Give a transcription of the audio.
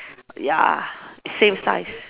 ya same size